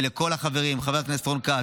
ולכל החברים: חבר הכנסת רון כץ,